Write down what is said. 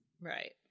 right